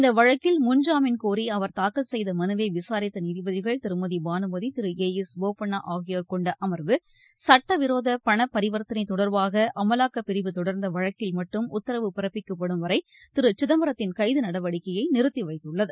இந்த வழக்கில் முன்ஜாமீன் கோரி அவர் தாக்கல் செய்த மனுவை விசாரித்த நீதிபதிகள் திருமதி பானுமதி திரு ஏ எஸ் போபண்ணா ஆகியோர் கொண்ட அமர்வு சட்டவிரோத பணபரிவர்த்தனை தொடர்பாக அமலாக்கப்பிரிவு தொடர்ந்த வழக்கில் மட்டும் உத்தரவு பிறப்பிக்கப்படும் வரை திரு சிதம்பரத்தின் கைது நடவடிக்கையை நிறுத்திவைத்துள்ளது